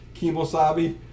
kimosabi